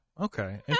Okay